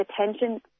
attention